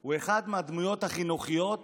הוא אחת מהדמויות החינוכיות